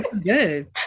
good